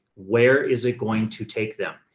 where is it going to take them?